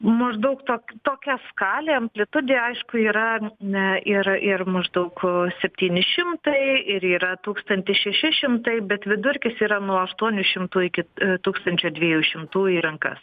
maždaug tok tokia skalė amplitudė aišku yra ne ir ir maždaug septyni šimtai ir yra tūkstantis šeši šimtai bet vidurkis yra nuo aštuonių šimtų iki tūkstančio dviejų šimtų į rankas